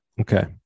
okay